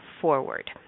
forward